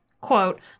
quote